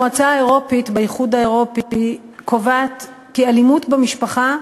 המועצה האירופית באיחוד האירופי קובעת כי אלימות במשפחה,